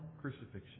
crucifixion